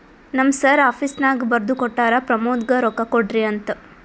ನಮ್ ಸರ್ ಆಫೀಸ್ನಾಗ್ ಬರ್ದು ಕೊಟ್ಟಾರ, ಪ್ರಮೋದ್ಗ ರೊಕ್ಕಾ ಕೊಡ್ರಿ ಅಂತ್